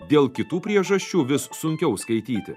dėl kitų priežasčių vis sunkiau skaityti